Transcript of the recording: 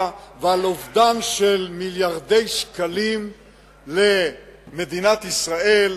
ועל אובדן של מיליארדי שקלים למדינת ישראל,